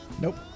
Nope